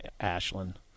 Ashland